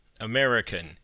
American